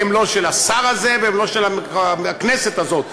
הם לא של השר הזה והם לא של הכנסת הזאת,